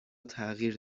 تغییر